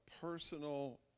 personal